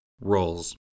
Roles